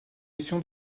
mission